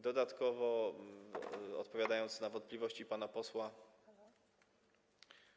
Dodatkowo odpowiadając na wątpliwości pana posła